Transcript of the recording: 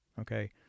okay